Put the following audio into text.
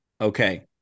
Okay